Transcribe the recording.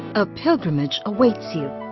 a pilgrimage awaits you.